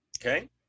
Okay